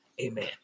Amen